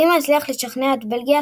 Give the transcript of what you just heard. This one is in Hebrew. רימה הצליח לשכנע את בלגיה,